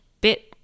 bit